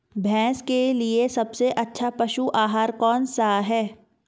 भैंस के लिए सबसे अच्छा पशु आहार कौनसा है?